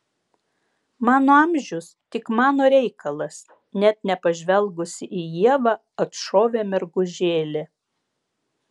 mano amžius tik mano reikalas net nepažvelgusi į ievą atšovė mergužėlė